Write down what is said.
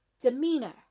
demeanor